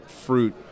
fruit